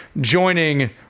joining